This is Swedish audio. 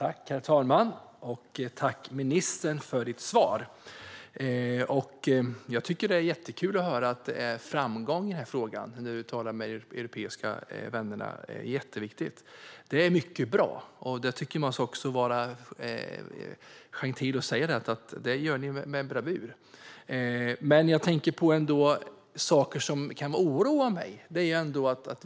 Herr talman! Tack, ministern, för ditt svar! Jag tycker att det är jättekul att höra att det görs framgångar i denna fråga när du talar med de europeiska vännerna. Det är jätteviktigt, och det är mycket bra. Jag tycker att man ska vara gentil och säga att ni gör detta med bravur. Men jag tänker ändå på saker som kan oroa mig.